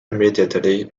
immediately